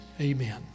Amen